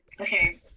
Okay